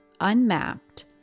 unmapped